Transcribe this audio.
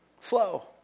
flow